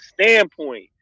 standpoint